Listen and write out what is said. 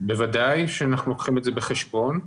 ודאי שאנחנו מביאים את זה בחשבון.